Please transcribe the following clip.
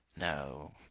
No